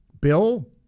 Bill